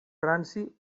ranci